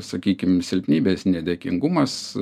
sakykim silpnybės nedėkingumas